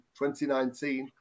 2019